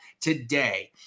today